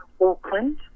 Auckland